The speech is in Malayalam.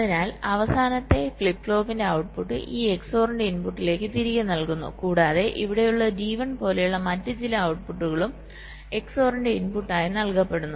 അതിനാൽ അവസാനത്തെ ഫ്ലിപ്പ് ഫ്ലോപ്പിന്റെ ഔട്ട്പുട്ട് ഈ XOR ന്റെ ഇൻപുട്ടിലേക്ക് തിരികെ നൽകുന്നു കൂടാതെ ഇവിടെയുള്ള D1 പോലെയുള്ള മറ്റ് ചില ഔട്ട്പുട്ടുകളും XOR ന്റെ ഇൻപുട്ടായി നൽകപ്പെടുന്നു